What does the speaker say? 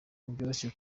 ntibyoroshye